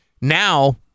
Now